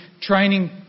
training